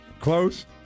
Close